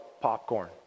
popcorn